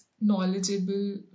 knowledgeable